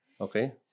Okay